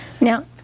Now